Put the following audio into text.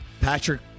Patrick